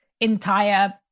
entire